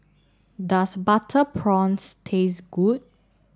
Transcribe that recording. does butter prawns taste good